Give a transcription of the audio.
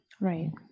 right